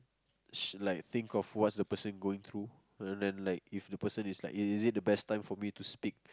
like think of what's the person going through like if the person is like is it the best time for me to speak